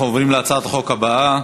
אנחנו עוברים להצעת החוק הבאה: